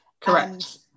correct